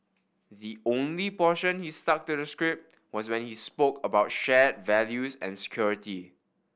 the only portion he stuck to the script was when he spoke about shared values and security